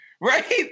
Right